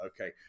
okay